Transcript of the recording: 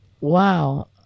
wow